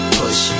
push